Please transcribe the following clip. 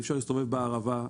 אי אפשר להסתובב בערבה.